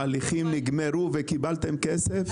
ההליכים נגמרו וקיבלתם כסף?